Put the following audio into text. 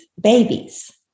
babies